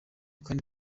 kandi